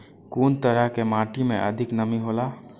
कुन तरह के माटी में अधिक नमी हौला?